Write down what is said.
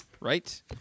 Right